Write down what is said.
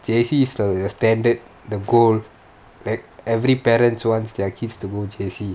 J_C is the standard the goal like every parents want their kids to go J_C